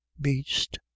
beast